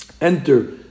enter